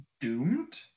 doomed